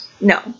No